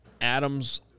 Adams